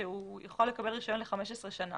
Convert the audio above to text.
שהוא יכול לקבל רישיון ל-15 שנים